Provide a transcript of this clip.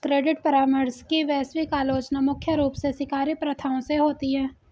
credit परामर्श की वैश्विक आलोचना मुख्य रूप से शिकारी प्रथाओं से होती है